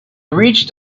reached